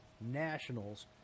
nationals